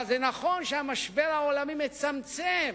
אבל זה נכון שהמשבר העולמי מצמצם